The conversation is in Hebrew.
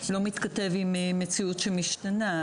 מתכתב עם מציאות שמשתנה,